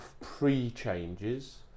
pre-changes